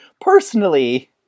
Personally